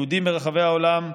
יהודים ברחבי העולם: